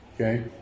Okay